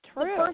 true